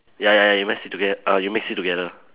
ya ya you mix it toge~ uh you mix it together